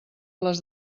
les